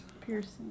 Piercing